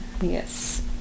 yes